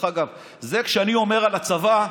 כשאני אומר על הצבא,